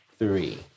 Three